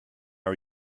are